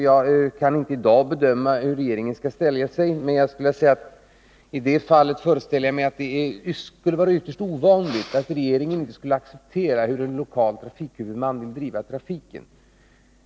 Jag kan inte i dag bedöma hur regeringen kommer att ställa sig, men jag föreställer mig att det är ytterst ovanligt att regeringen inte accepterar den lokala trafikhuvudmannens önskemål om uppläggning av trafiken.